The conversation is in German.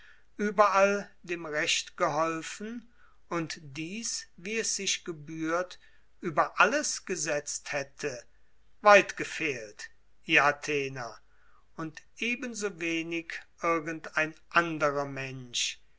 überall dem recht geholfen und dies wie es sich gebührt über alles gesetzt hätte weit gefehlt ihr athener und ebensowenig irgend ein anderer mensch